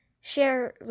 Share